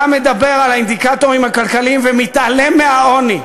אתה מדבר על האינדיקטורים הכלכליים ומתעלם מהעוני.